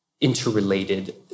Interrelated